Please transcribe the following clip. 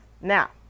now